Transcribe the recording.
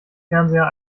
fernseher